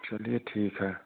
चलिए ठीक है